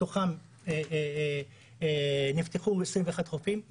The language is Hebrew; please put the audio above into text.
מתוכם נפתחו 21 חופים,